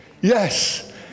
yes